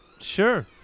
Sure